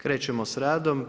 Krećemo s radom.